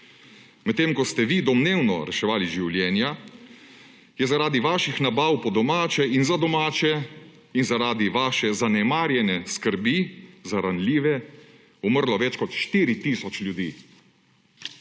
Medtem ko ste vi domnevno reševali življenja, je zaradi vaših nabav po domače in za domače in zaradi vaše zanemarjene skrbi za ranljive umrlo več kot štiri tisoč ljudi.